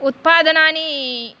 उत्पादनानि